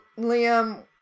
Liam